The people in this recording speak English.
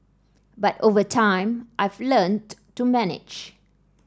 but over time I've learnt to manage